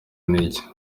n’iki